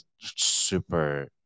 super